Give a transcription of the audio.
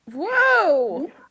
Whoa